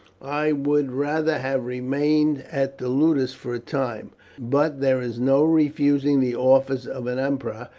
i would rather have remained at the ludus for a time but there is no refusing the offers of an emperor,